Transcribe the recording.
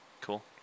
Cool